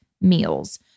meals